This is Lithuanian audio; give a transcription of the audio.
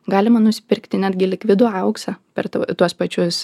galima nusipirkti netgi likvidų auksą per tuos pačius